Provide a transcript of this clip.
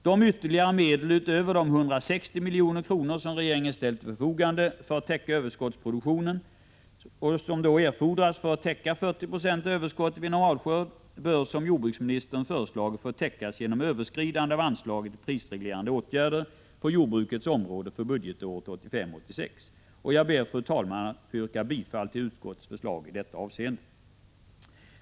De ytterligare medel, utöver de 160 milj.kr. som regeringen har ställt till förfogande för att täcka överskottsproduktionen och som erfordras för att täcka 40 96 av överskottet vid normalskörd, bör — som jordbruksministern har föreslagit — få täckas genom överskridande av anslaget för prisreglerande åtgärder på jordbrukets område för budgetåret 1985/86. Jag ber, fru talman, att få yrka bifall till utskottets förslag i detta avseende.